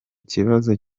kibazo